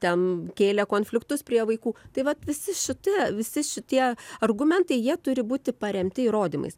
ten kėlė konfliktus prie vaikų tai vat visi šitie visi šitie argumentai jie turi būti paremti įrodymais